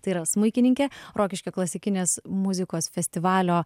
tai yra smuikininkė rokiškio klasikinės muzikos festivalio